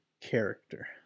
character